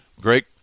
great